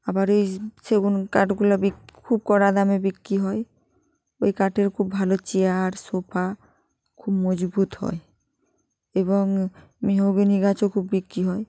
আবার এই সেগুন কাঠগুলো খুব কড়া দামে বিক্রি হয় ওই কাঠের খুব ভালো চেয়ার সোফা খুব মজবুত হয় এবং মেহগনি গাছও খুব বিক্রি হয়